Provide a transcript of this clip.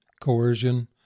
coercion